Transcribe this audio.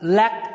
lack